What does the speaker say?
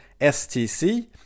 STC